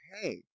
hey